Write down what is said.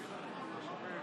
אותם אנשים ששם כרגע יצביעו